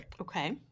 Okay